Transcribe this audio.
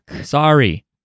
Sorry